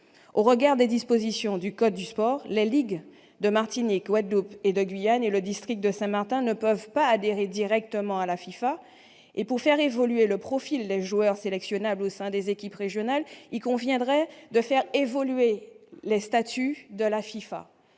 Au regard des dispositions du code du sport, les ligues de Martinique, de la Guadeloupe et de Guyane et le district de Saint-Martin ne peuvent adhérer directement à la FIFA. Pour faire évoluer le profil des joueurs sélectionnables au sein des équipes régionales, il conviendrait de modifier les statuts de la FIFA.